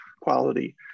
quality